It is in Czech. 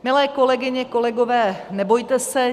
Milé kolegyně, kolegové, nebojte se.